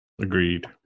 Agreed